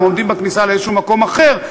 הם עומדים בכניסה לאיזשהו מקום אחר,